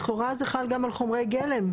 לכאורה זה חל גם על חומרי גלם.